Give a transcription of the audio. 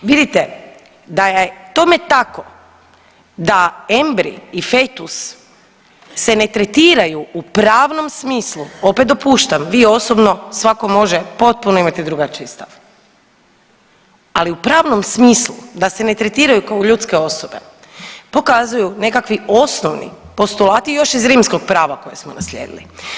Vidite da je tome tako da embrij i fetus se ne tretiraju u pravnom smislu, opet dopuštam vi osobno svako može potpuno imati drugačiji stav, ali u pravnom smislu da se ne tretiraju kao ljudske osobe pokazuju nekakvi osnovni postulati još iz rimskog prava koje smo naslijedili.